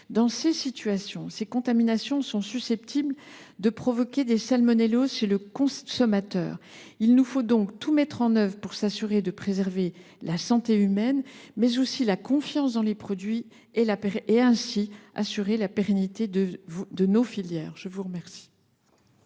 des repas. De telles situations sont susceptibles de provoquer des salmonelloses chez le consommateur. Il nous faut donc tout mettre en œuvre pour préserver la santé humaine, mais aussi la confiance dans les produits et ainsi assurer la pérennité de nos filières. La parole